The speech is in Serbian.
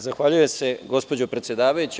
Zahvaljujem se gospođo predsedavajuća.